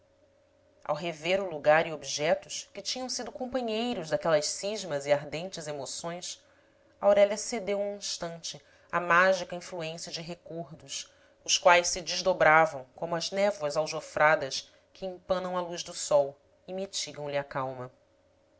ao rever o lugar e objetos que tinham sido companheiros daquelas cismas e ardentes emoções aurélia cedeu um instante à mágica influência de recordos os quais se desdobravam como as névoas aljofradas que empanam a luz do sol e mitigam lhe a calma